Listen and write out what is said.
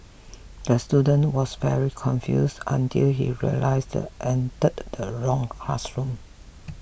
the student was very confused until he realised entered the wrong classroom